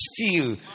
steal